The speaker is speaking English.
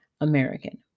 American